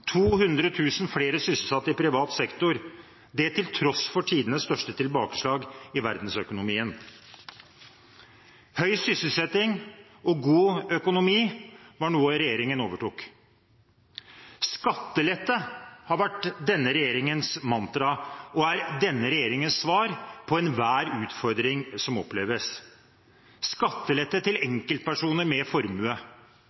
tross for tidenes største tilbakeslag i verdensøkonomien. Høy sysselsetting og god økonomi var noe regjeringen overtok. Skattelette har vært denne regjeringens mantra og er denne regjeringens svar på enhver utfordring som oppleves – skattelette til enkeltpersoner med formue.